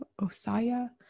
Osaya